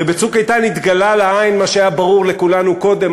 הרי ב"צוק איתן" התגלה לעין מה שהיה ברור לכולנו קודם,